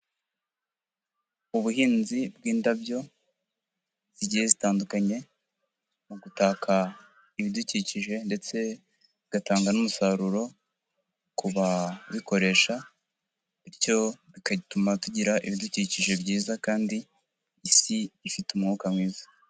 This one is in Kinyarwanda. Ubuhinzi bw'indabyo zigiye zitandukanye mu gutaka ibidukikije ndetse bigatanga n'umusaruro ku bazikoresha bityo bigatuma tugira ibidukikije byiza kandi isi ifite umwuka mwiza.